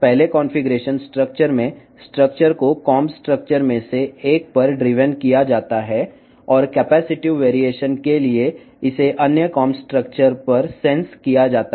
మొదటి కాన్ఫిగరేషన్ లో దువ్వెన నిర్మాణాల లో ఒకదానిపై నడపబడుతుంది మరియు కెపాసిటివ్ వైవిధ్యం కోసం ఇది ఇతర దువ్వెన నిర్మాణం వద్ద గ్రహించబడుతుంది